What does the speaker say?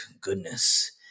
Goodness